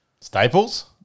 Staples